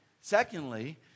secondly